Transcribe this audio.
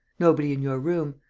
nobody in your room.